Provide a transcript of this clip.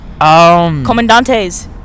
Comandantes